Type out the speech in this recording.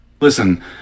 listen